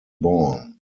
born